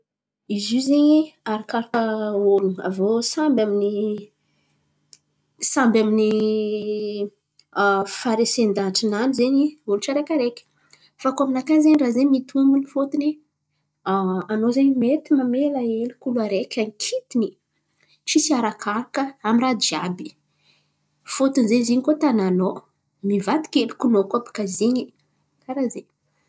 Izy io zen̈y arakaraka olo. Aviô samby amin'ny samby amin'ny faharesen-dahatrinany zen̈y olo tsiaraikiaraiky. Fa koa aminakà raha zen̈y mitombony fôtony anao zen̈y mety mamela heloko olo araiky ankitin̈y tsisy arakaraka amy raha jiàby. Fôtony zen̈y izy in̈y koa tànanao, mivadiky helokonao koa bàka izy in̈y. Karà zen̈y.